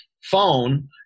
phone